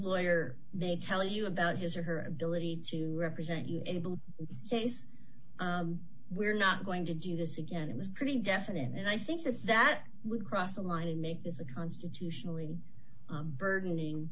lawyer they tell you about his or her ability to represent you enable this we're not going to do this again it was pretty definite and i think that that would cross the line and make this a constitutionally burdening